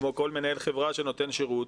כמו כל מנהל חברה שנותן שרות,